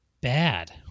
bad